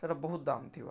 ତା'ର ବହୁତ୍ ଦାମ୍ ଥିବା